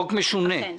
חוק משונה.